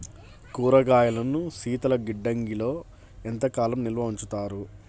కూరగాయలను శీతలగిడ్డంగిలో ఎంత కాలం నిల్వ ఉంచుతారు?